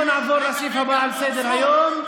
נעבור להצעת החוק הבאה על סדר-היום,